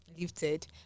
lifted